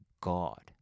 God